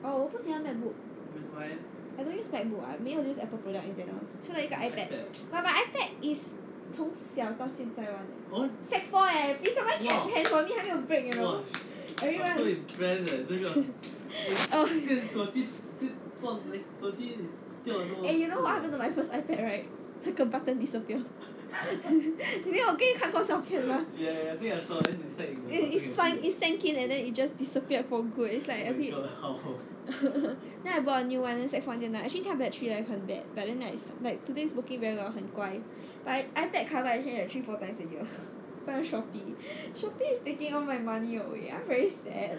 oh 我不喜欢 macbook I don't use macbook 我没有 use apple product in general 除了一个 ipad but my ipad is 从小到现在 [one] leh sec four leh please someone can clap for me 还没有 break you know oh eh you know what happen to my first ipad right 那个 button disappear 你没有我给你看过照片吗 it sunk it sank in and then it just disappeared for good it's like a bit then I bought a new [one] actually 它 battery life 很 bad but then like like today's working very well 很乖 but I ipad cover I change like three four times a year buy from Shopee Shopee is taking all my money away I'm very sad